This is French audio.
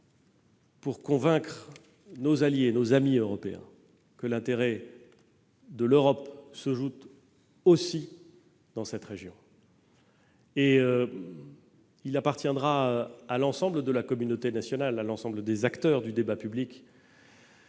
pour convaincre nos alliés et nos amis européens que l'intérêt de l'Europe se joue aussi dans cette région. Il appartiendra à l'ensemble de la communauté nationale et des acteurs du débat public